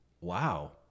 wow